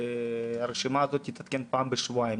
הרשימה הזאת תתעדכן פעם בשבועיים.